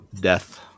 death